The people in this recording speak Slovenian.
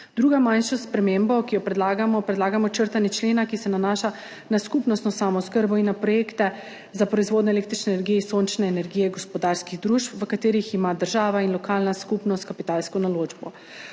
Druga manjša sprememba, ki jo predlagamo – predlagamo črtanje člena, ki se nanaša na skupnostno samooskrbo in na projekte za proizvodnjo električne energije iz sončne energije gospodarskih družb, v katerih ima država in lokalna skupnost kapitalsko naložbo.